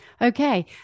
Okay